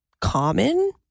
common